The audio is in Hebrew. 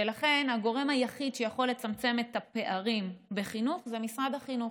ולכן הגורם היחיד שיכול לצמצם את הפערים בחינוך זה משרד החינוך,